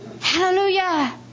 Hallelujah